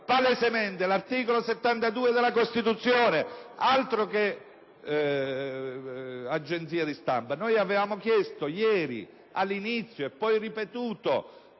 palesemente l'articolo 72 della Costituzione. Altro che agenzie di stampa! Noi avevamo chiesto ieri, all'inizio della seduta